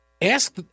Ask